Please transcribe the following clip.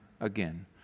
again